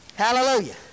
Hallelujah